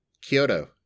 Kyoto